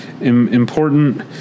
important